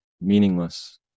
meaningless